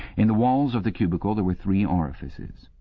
in the walls of the cubicle there were three orifices.